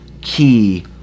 key